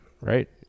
right